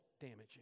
damaging